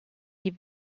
die